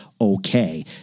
okay